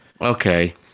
Okay